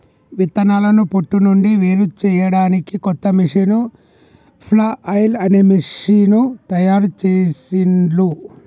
విత్తనాలను పొట్టు నుండి వేరుచేయడానికి కొత్త మెషీను ఫ్లఐల్ అనే మెషీను తయారుచేసిండ్లు